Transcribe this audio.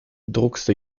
druckste